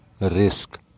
risk